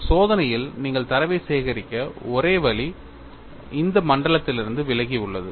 ஒரு சோதனையில் நீங்கள் தரவை சேகரிக்க ஒரே வழி இந்த மண்டலத்திலிருந்து விலகி உள்ளது